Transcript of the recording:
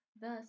Thus